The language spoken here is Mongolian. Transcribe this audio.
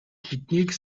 биднийг